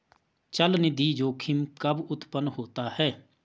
चलनिधि जोखिम कब उत्पन्न होता है?